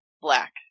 Black